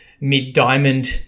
mid-diamond